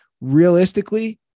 realistically